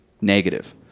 negative